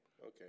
Okay